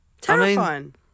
Terrifying